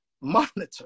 monitor